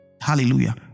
Hallelujah